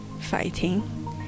fighting